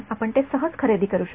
आपण ते सहज खरेदी करू शकता